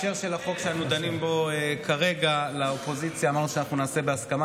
רשות הדיבור כרגע ליושב-ראש הקואליציה חבר הכנסת אופיר כץ.